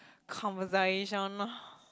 conversation